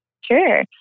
Sure